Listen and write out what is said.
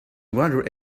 wondered